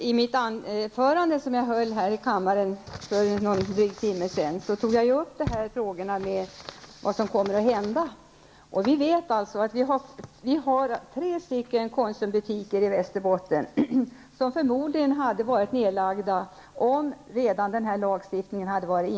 Herr talman! I mitt huvudanförande här i kammaren för någon timme sedan tog jag upp frågorna om vad som kommer att hända. I Västerbotten finns det tre Konsumbutiker, vilka förmodligen hade varit nedlagda om denna lag redan hade införts.